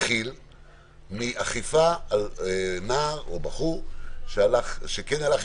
התחיל מאכיפה על נער או בחור שהלך עם